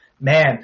Man